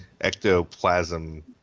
ectoplasm